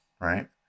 Right